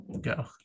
go